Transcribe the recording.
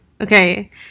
okay